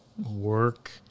Work